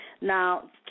Now